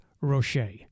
Rocher